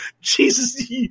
Jesus